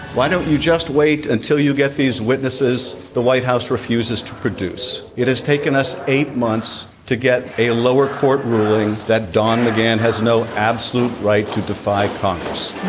why don't you just wait until you get these witnesses? the white house refuses to produce it has taken us eight months to get a lower court ruling that don mcgann has no absolute right to defy congress